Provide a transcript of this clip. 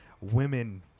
women